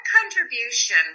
contribution